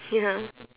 ya